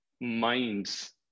minds